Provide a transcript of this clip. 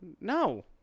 No